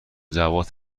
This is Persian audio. جواد